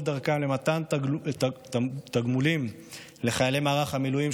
דרכם למתן תגמולים לחיילי מערך המילואים,